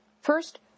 First